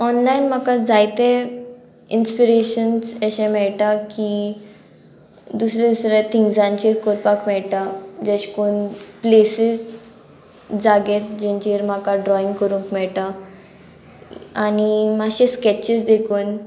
online म्हाका जायते inspirations अशें मेळटा की दुसरे दुसऱ्या थिंग्सांचेर करपाक मेळटा जेश कोन प्लेसीस जाग्यार जेंचेर म्हाका ड्रॉइंग करूंक मेळटा आनी मातशें स्केचीस देखून